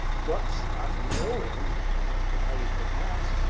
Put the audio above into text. but not knowing what he was driving at,